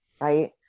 right